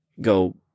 go